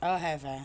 oh have eh